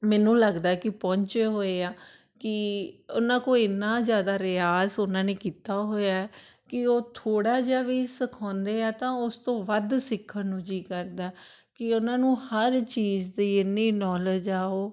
ਮੈਨੂੰ ਲੱਗਦਾ ਕਿ ਪਹੁੰਚੇ ਹੋਏ ਆ ਕਿ ਉਹਨਾਂ ਕੋਲ ਇੰਨਾ ਜ਼ਿਆਦਾ ਰਿਆਜ਼ ਉਹਨਾਂ ਨੇ ਕੀਤਾ ਹੋਇਆ ਕਿ ਉਹ ਥੋੜ੍ਹਾ ਜਿਹਾ ਵੀ ਸਿਖਾਉਂਦੇ ਆ ਤਾਂ ਉਸ ਤੋਂ ਵੱਧ ਸਿੱਖਣ ਨੂੰ ਜੀਅ ਕਰਦਾ ਕਿ ਉਹਨਾਂ ਨੂੰ ਹਰ ਚੀਜ਼ ਦੀ ਇੰਨੀ ਨੌਲੇਜ ਆ ਉਹ